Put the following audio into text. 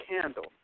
candle